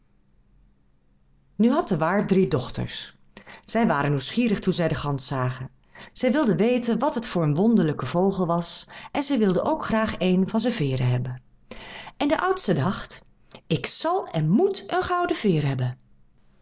nu had de waard drie dochters zij waren nieuwsgierig toen zij de gans zagen zij wilden weten wat het voor een wonderlijke vogel was en zij wilden ook graag een van zijn veêren hebben en de oudste dacht ik zal en moet een gouden veer hebben